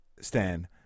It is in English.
Stan